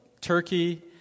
turkey